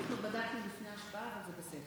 בדקנו לפני ההשבעה, וזה בסדר.